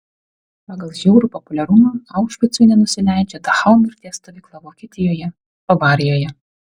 pagal žiaurų populiarumą aušvicui nenusileidžia dachau mirties stovykla vokietijoje bavarijoje